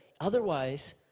otherwise